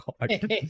God